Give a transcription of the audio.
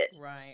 right